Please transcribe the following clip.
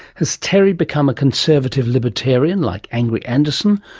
has terry become a conservative libertarian like angry anderson,